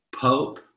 Pope